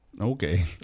Okay